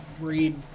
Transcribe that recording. read